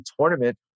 tournament